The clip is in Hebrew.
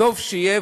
טוב שיהיה,